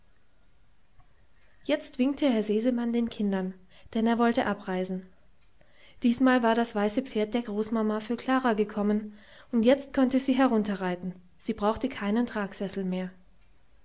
jetzt winkte herr sesemann den kindern denn er wollte abreisen diesmal war das weiße pferd der großmama für klara gekommen und jetzt konnte sie herunterreiten sie brauchte keinen tragsessel mehr